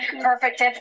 perfect